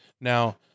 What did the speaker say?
Now